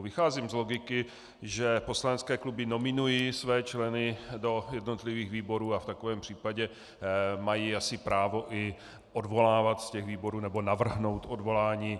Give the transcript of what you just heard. Vycházím z logiky, že poslanecké kluby nominují své členy do jednotlivých výborů a v takovém případě mají asi právo i odvolávat z těch výborů nebo navrhnout odvolání.